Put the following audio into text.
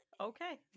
Okay